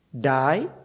die